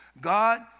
God